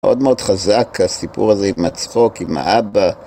מאוד מאוד חזק הסיפור הזה עם הצחוק, עם האבא.